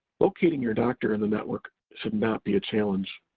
locating your doctor in the network should not be a challenge.